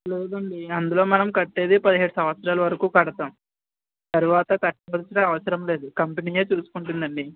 లేదండి అందులో మనం కట్టేది పదిహేడు సంవత్సరాల వరకు కడతాం తరువాత కట్టవలసిన అవసరం లేదు కంపెనీయే చూస్కుంటుందండి